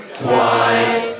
twice